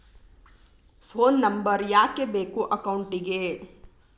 Phone number ಯಾಕೆ ಬೇಕು ಅಕೌಂಟಿಗೆ?